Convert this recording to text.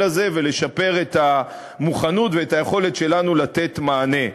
הזה ולשפר את המוכנות ואת היכולת שלנו לתת מענה,